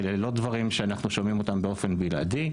אלה לא דברים שאנחנו שומעים אותם באופן בלעדי.